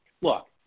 Look